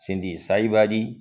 सिंधी साई भाॼी